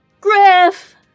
Griff